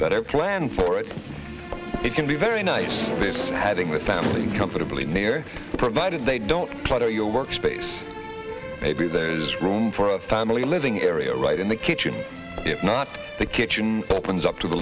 are planned for it it can be very nice this having with family comfortably near provided they don't clutter your work space maybe there is room for a family living area right in the kitchen if not the kitchen opens up to the